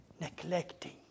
neglecting